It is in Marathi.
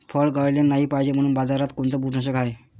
फळं गळाले नाही पायजे म्हनून बाजारात कोनचं बुरशीनाशक हाय?